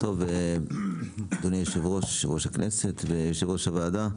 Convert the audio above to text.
אדוני יושב-ראש הכנסת ויושב-ראש הוועדה.